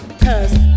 cause